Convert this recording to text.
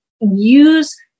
use